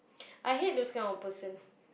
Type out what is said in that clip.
I hate those kind of person